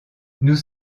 nous